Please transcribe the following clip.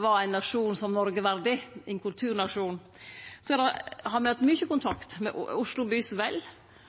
var ein nasjon som Noreg verdig – ein kulturnasjon. Me har hatt mykje kontakt med Oslo Byes Vel.